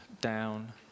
down